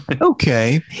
okay